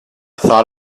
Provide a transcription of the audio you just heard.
thought